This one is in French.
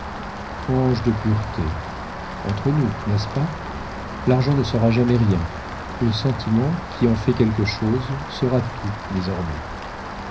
ange de pureté entre nous n'est-ce pas l'argent ne sera jamais rien le sentiment qui en fait quelque chose sera tout désormais